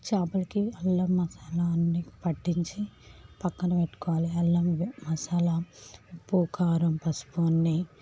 చేపలకి అల్లం మసాలా అన్ని పట్టించి పక్కన పెట్టుకోవాలి అల్లం మసాలా ఉప్పు కారం పసుపు అన్ని